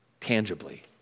tangibly